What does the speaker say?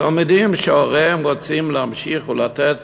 תלמידים שהוריהם רוצים להמשיך ולתת